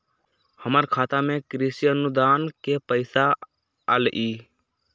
हमर खाता में कृषि अनुदान के पैसा अलई?